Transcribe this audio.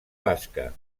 basca